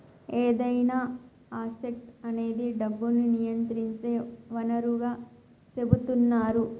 ఏదైనా అసెట్ అనేది డబ్బును నియంత్రించే వనరుగా సెపుతున్నరు